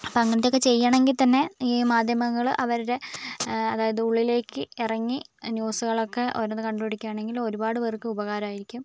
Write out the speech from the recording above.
അപ്പോൾ അങ്ങനത്തെ ഒക്കെ ചെയ്യണമെങ്കിൽ തന്നെ ഈ മാധ്യമങ്ങൾ അവരുടെ അതായത് ഉള്ളിലേക്ക് ഇറങ്ങി ന്യൂസുകളൊക്കെ ഓരോന്ന് കണ്ടുപിടിക്കുവാണെങ്കിൽ ഒരുപാട് പേർക്ക് ഉപകാരമായിരിക്കും